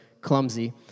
clumsy